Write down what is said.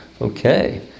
okay